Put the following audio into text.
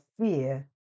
fear